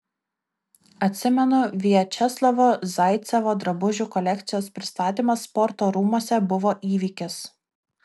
atsimenu viačeslavo zaicevo drabužių kolekcijos pristatymas sporto rūmuose buvo įvykis